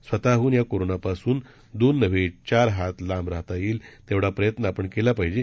स्वतहून या कोरोनापासून दोन नव्हे चार होत लांब राहता येईल तेव्हढा प्रयत्न आपण केला पाहिजे